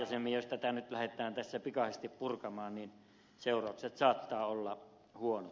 jos tätä nyt lähdetään tässä pikaisesti purkamaan niin seuraukset saattavat olla huonot